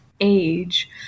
age